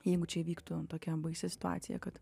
jeigu čia įvyktų tokia baisi situacija kad